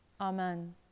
amen